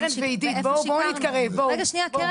קרן ועידית בואו -- רגע שנייה קרן,